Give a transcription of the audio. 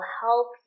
help